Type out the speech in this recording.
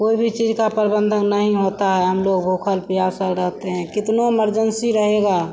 कोई भी चीज का प्रबन्ध नहीं होता है हम लोग भूखे प्यासे रहते हैं कितनो इमरजेन्सी रहेगी